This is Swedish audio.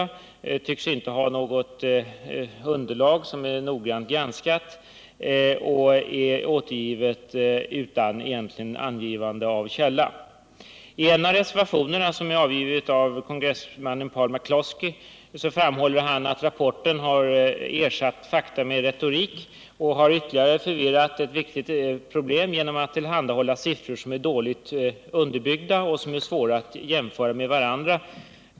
De tycks inte ha något underlag som är noggrant granskat och de framläggs utan egentligt angivande av källa. I en av reservationerna, som är avgiven av kongressledamoten Paul McCloskey, påpekas att man ersatt fakta med retorik och har ytterligare förvirrat ett viktigt problem genom att tillhandahålla siffror som är dåligt underbyggda och svåra att jämföra med varandra.